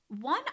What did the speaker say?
One